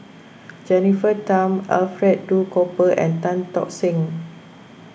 Jennifer Tham Alfred Duff Cooper and Tan Tock Seng